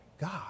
God